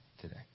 today